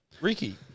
Ricky